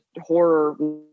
horror